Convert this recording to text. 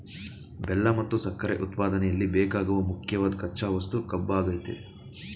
ಬೆಲ್ಲ ಮತ್ತು ಸಕ್ಕರೆ ಉತ್ಪಾದನೆಯಲ್ಲಿ ಬೇಕಾಗುವ ಮುಖ್ಯವಾದ್ ಕಚ್ಚಾ ವಸ್ತು ಕಬ್ಬಾಗಯ್ತೆ